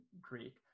greek